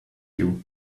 you